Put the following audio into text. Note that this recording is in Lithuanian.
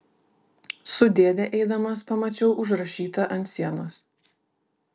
su dėde eidamas pamačiau užrašytą ant sienos